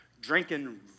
drinking